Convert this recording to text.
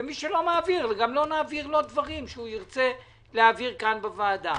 ומי שלא מעביר גם לא נעביר לו דברים שהוא ירצה להעביר כאן בוועדה.